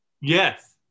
yes